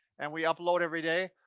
and we upload every day.